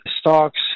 stocks